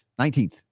19th